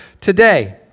today